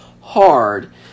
hard